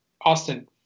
Austin